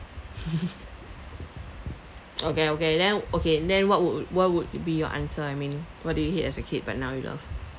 okay okay then okay then what would what would be your answer I mean what did you hate as a kid but now you love